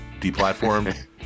deplatformed